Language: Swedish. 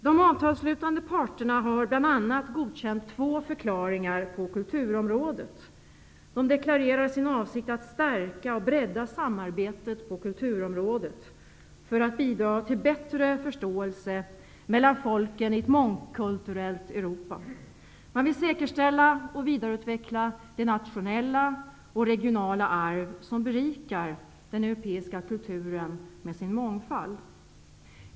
De avtalsslutande parterna har bl.a. godkänt två förklaringar på kulturområdet. De deklarerar sin avsikt att stärka och bredda samarbetet på kulturområdet för att bidra till bättre förståelse mellan folken i ett mångkulturellt Europa. Man vill säkerställa och vidareutveckla det nationella och regionala arv som berikar den europeiska kulturen med sin mångfald.